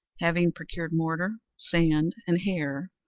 having procured mortar, sand, and hair,